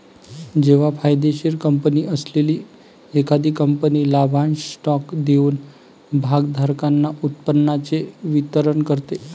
जेव्हा फायदेशीर कंपनी असलेली एखादी कंपनी लाभांश स्टॉक देऊन भागधारकांना उत्पन्नाचे वितरण करते